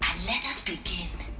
let us begin!